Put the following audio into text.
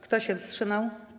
Kto się wstrzymał?